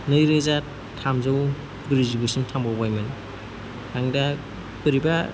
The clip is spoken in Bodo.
नैरोजा थामजौ ब्रैजिगुसिम थांबावबायमोन आं दा बोरैबा